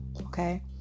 okay